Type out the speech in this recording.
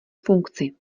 funkci